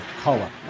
color